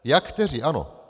Jak kteří, ano.